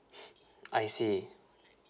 I see